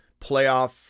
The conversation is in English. playoff